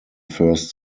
first